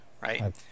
right